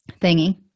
thingy